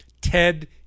Ted